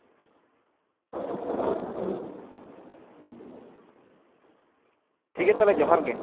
ᱴᱷᱤᱠᱜᱮᱭᱟ ᱛᱟᱦᱚᱞᱮ ᱡᱚᱦᱟᱨᱜᱮ